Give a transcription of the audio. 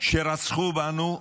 שרצחו בנו,